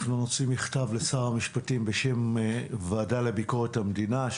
אנחנו נוציא מכתב לשר המשפטים בשם הוועדה לביקורת המדינה,